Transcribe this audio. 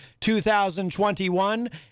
2021